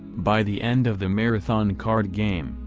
by the end of the marathon card game,